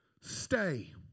Stay